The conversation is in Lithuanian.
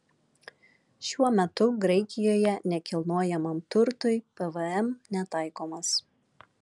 šiuo metu graikijoje nekilnojamajam turtui pvm netaikomas